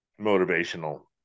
motivational